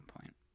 point